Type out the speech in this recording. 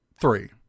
three